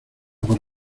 por